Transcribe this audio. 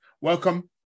Welcome